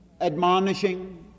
admonishing